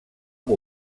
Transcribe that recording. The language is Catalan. amb